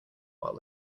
while